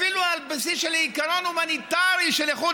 אפילו על בסיס עיקרון הומניטרי של איחוד